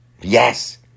Yes